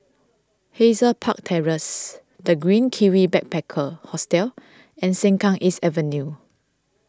Hazel Park Terrace the Green Kiwi Backpacker Hostel and Sengkang East Avenue